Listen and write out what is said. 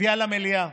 הביאה למליאה